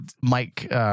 Mike